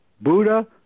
Buddha